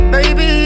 Baby